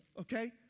okay